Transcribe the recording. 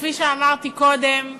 שכפי שאמרתי קודם,